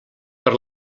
per